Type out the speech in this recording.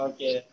Okay